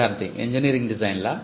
విద్యార్ధి engineering design లా